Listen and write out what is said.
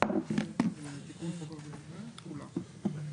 אישור החוק הנ"ל,